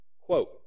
Quote